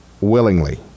willingly